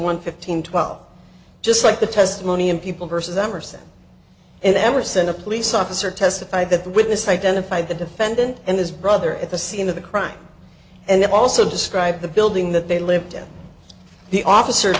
one fifteen twelve just like the testimony in people versus emerson in emerson a police officer testified that the witness identified the defendant and his brother at the scene of the crime and also describe the building that they lived in the officer